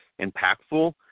impactful